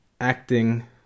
acting